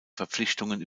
verpflichtungen